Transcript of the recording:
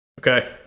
Okay